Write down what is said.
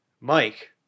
Mike